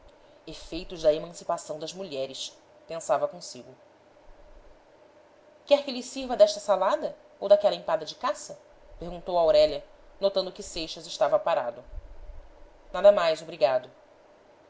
efeitos da emancipação das mulheres pensava con sigo quer que lhe sirva desta salada ou daquela empada de caça perguntou aurélia notando que seixas estava parado nada mais obrigado